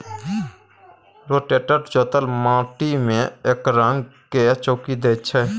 rotator जोतल माटि मे एकरंग कए चौकी दैत छै